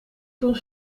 toen